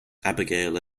abigail